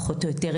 פחות או יותר,